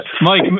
Mike